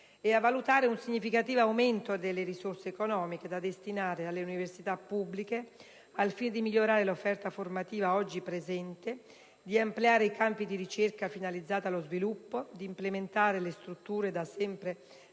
a valutare un significativo aumento delle risorse economiche da destinare alle università pubbliche, al fine di migliorare l'offerta formativa oggi presente, di ampliare i campi di ricerca finalizzata allo sviluppo, di implementare le strutture da sempre